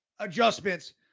Adjustments